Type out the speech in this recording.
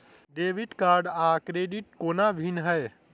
Debit card आ credit कोना भिन्न है?